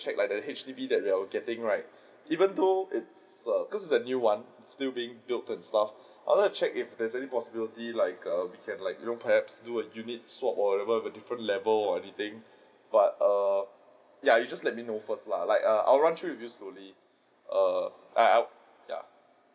check like the H_D_B we are getting right even though it's err cos' it is a new one still being build and stuff I want to check if there is any possibility like err we can like err perhaps do a unit swap or whatever with a different level or anything but err ya you just let me know first lah like I will run through with you slowly err I I ya